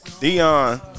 Dion